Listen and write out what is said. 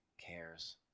cares